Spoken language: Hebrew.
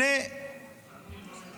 ובחנוני לא נאמר על זה.